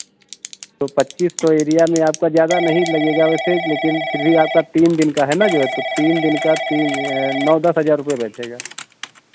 तो पच्चीस सौ एरिया में आपका ज़्यादा नहीं लगेगा वैसे लेकिन फिर भी आपका तीन दिन का है ना जो है तो तीन दिन का नौ दस हज़ार रुपए बैठेगा